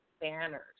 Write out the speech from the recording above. banners